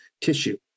tissue